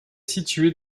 située